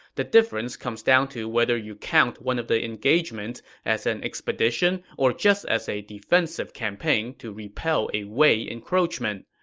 the difference comes down to whether you count one of the engagements as an expedition or just as a defensive campaign to repel a wei encroachment.